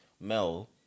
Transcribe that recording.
Mel